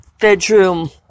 bedroom